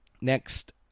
Next